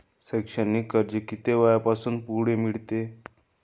शैक्षणिक कर्ज किती वयापासून पुढे मिळते?